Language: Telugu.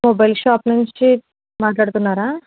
మొబైల్ షాప్ నుంచి మాట్లాడుతున్నారా